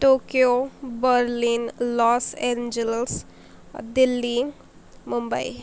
Tokyo Berlin Los Angeles Delhi Mumbai